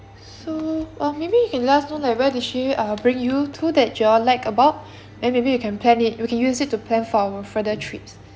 so or maybe you can let us know like where did she uh bring you to that you all like about then maybe we can plan it we can use it to plan for our further trips